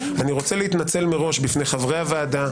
אני רוצה להתנצל מראש בפני חברי הוועדה,